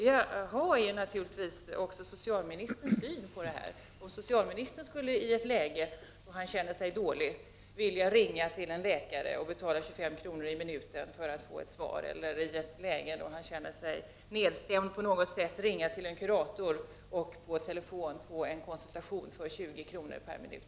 Jag skulle naturligtvis vilja ha socialministerns syn på denna verksamhet, om socialministern i ett läge när han känner sig dålig eller nedstämd skulle vilja ringa till en läkare eller en kurator för att få en konsultation för 25 kr. resp. 20 kr. per minut.